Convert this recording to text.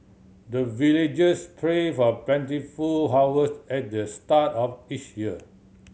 the villagers pray for plentiful harvest at the start of each year